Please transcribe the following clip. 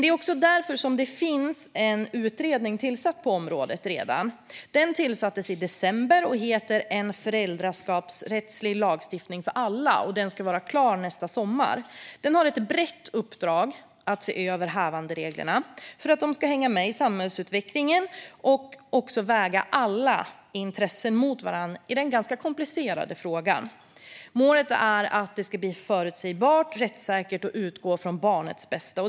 Det är också därför det redan finns en utredning tillsatt på området; den tillsattes i december. Utredningen heter En föräldraskapsrättslig lagstiftning för alla, och den ska vara klar nästa sommar. Utredningen har ett brett uppdrag att se över hävandereglerna för att de ska hänga med i samhällsutvecklingen och väga alla intressen mot varandra i denna ganska komplicerade fråga. Målet är att det hela ska bli förutsägbart och rättssäkert och utgå från barnets bästa.